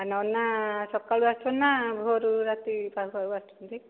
ଆଉ ନନା ସକାଳୁ ଆସନ୍ତି ନା ଭୋରୁ ରାତି ପାହୁ ପାହୁ ଆସନ୍ତି